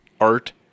art